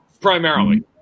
Primarily